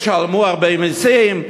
שישלמו הרבה מסים,